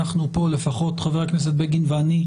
אנחנו כאן, לפחות חבר הכנסת בגין ואני,